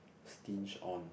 stinge on